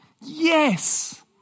Yes